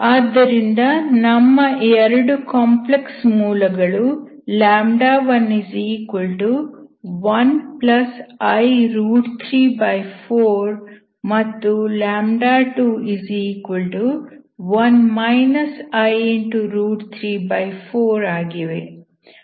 ಆದ್ದರಿಂದ ನಮ್ಮ 2 ಕಾಂಪ್ಲೆಕ್ಸ್ ಮೂಲಗಳು 11i234 ಮತ್ತು 21 i234ಆಗಿವೆ